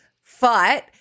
fight